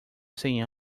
cem